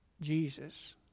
Jesus